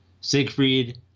Siegfried